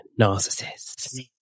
narcissists